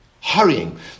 hurrying